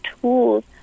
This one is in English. tools